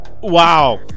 wow